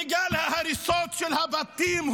וגל ההריסות של הבתים,